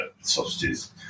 sausages